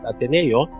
Ateneo